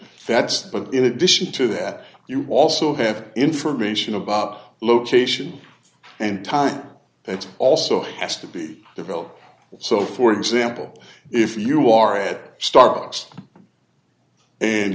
that's but in addition to that you also have information about location and time and it also has to be developed so for example if you are at starbucks and